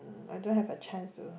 I don't have a chance to